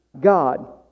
God